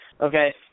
Okay